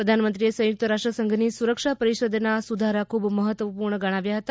પ્રધાનમંત્રીએ સંયુક્ત રાષ્ટ્રસંઘની સુરક્ષા પરિષદ ના સુધારા ખૂબ મહત્વપૂર્ણ છે